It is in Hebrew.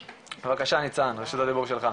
בבקשה ניצן, רשות הדיבור שלך.